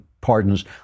pardon's